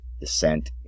descent